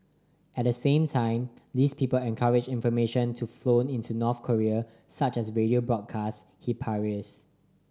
at the same time these people encourage information to flow into North Korea such as radio broadcasts he parries